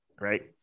Right